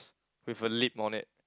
with a lip on it